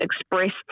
expressed